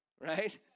right